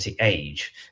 age